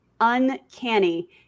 uncanny